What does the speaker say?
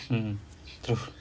mm truth